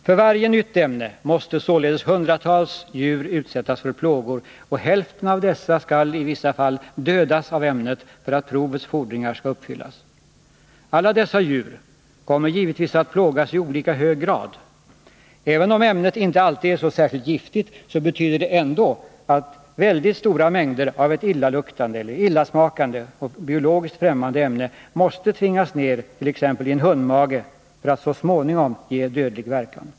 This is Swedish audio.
För varje nytt ämne måste således hundratals djur utsättas för plågor, och hälften av dessa djur skall dödas av ämnet för att provets fordringar skall uppfyllas. Alla dessa djur kommer givetvis att plågas i olika hög grad. Även om ämnet inte alltid är så särskilt giftigt, betyder det ändå att väldigt stora mängder av ett illaluktande, illasmakande och biologiskt främmande ämne måste tvingas ned t.ex. i en hundmage för att så småningom ge dödlig verkan.